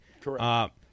Correct